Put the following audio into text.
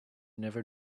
never